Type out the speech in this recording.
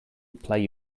play